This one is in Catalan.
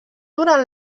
durant